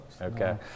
Okay